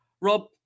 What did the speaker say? Rob